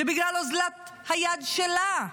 שבגלל אוזלת היד שלה,